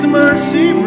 mercy